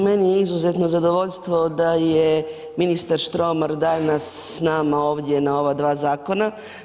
Meni je izuzetno zadovoljstvo da je ministar Štromar danas s nama ovdje na ova dva zakona.